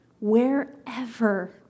wherever